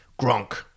Gronk